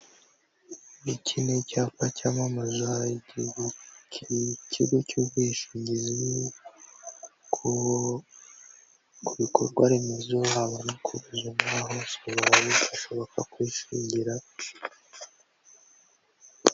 Iki ni icyapa cyamamaza ikigo cy'ubwishingizi ku bikorwa remezo, haba ku buzima bwa bose bashoboka kwishingira.